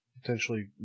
potentially